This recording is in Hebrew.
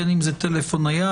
בין אם זה טלפון נייד,